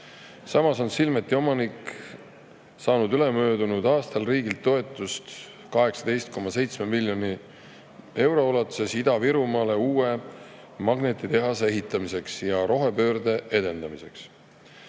Samas on Silmeti omanik saanud ülemöödunud aastal riigilt toetust 18,7 miljonit eurot Ida‑Virumaale uue magnetitehase ehitamiseks ja rohepöörde edendamiseks.